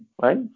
right